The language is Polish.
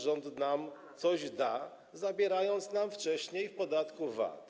Rząd nam coś da, zabierając nam to wcześniej w podatku VAT.